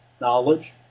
knowledge